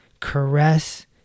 Caress